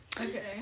Okay